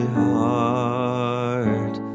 heart